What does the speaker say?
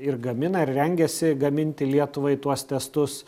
ir gamina ir rengiasi gaminti lietuvai tuos testus